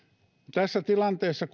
tässä tilanteessa